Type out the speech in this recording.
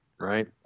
right